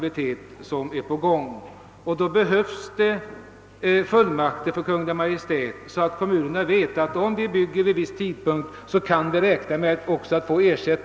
En hel serie sådana byggen pågår och då behövs fullmakt för Kungl. Maj:t, så att kommunerna vet att de kan få ersättning om de bygger före viss tidpunkt.